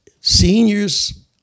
seniors